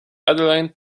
adelaide